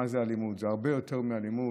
מה זה אלימות’ זה הרבה יותר מאלימות,